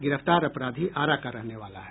गिरफ्तार अपराधी आरा का रहने वाला है